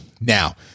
Now